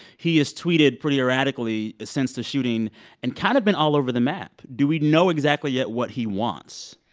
he has tweeted pretty erratically since the shooting and kind of been all over the map. do we know exactly yet what he wants?